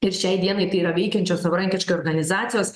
ir šiai dienai tai yra veikiančios savarankiškai organizacijos